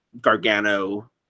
Gargano